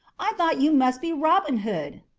i thought you must be robin hood.